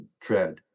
tread